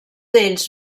ells